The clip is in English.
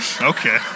okay